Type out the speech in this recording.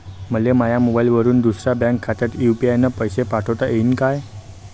मले माह्या मोबाईलवरून दुसऱ्या बँक खात्यात यू.पी.आय न पैसे पाठोता येईन काय?